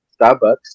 Starbucks